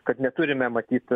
kad neturime matyt